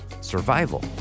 survival